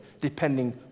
depending